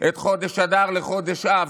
את חודש אדר לחודש אב.